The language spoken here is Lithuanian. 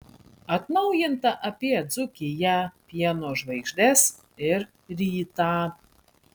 atnaujinta apie dzūkiją pieno žvaigždes ir rytą